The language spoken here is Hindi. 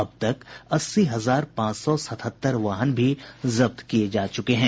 अब तक अस्सी हजार पांच सौ सतहत्तर वाहन भी जब्त किये जा चुके हैं